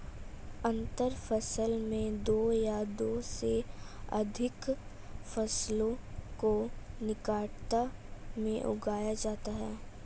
अंतर फसल में दो या दो से अघिक फसलों को निकटता में उगाया जाता है